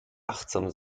achtsam